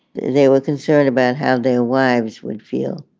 they were concerned about how their wives would feel.